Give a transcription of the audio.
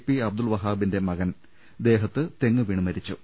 P Abdul വഹാബിന്റെ മകൻ ദേഹത്തു തെങ്ങുവീണ് മരിച്ചു